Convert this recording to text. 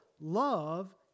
love